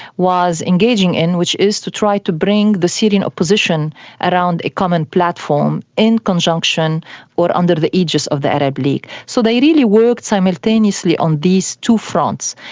was engaging in, which is to try to bring the syrian opposition around a common platform, in conjunction or under the aegis of the arab league. so they really worked simultaneously on these two fronts.